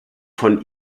von